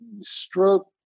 stroke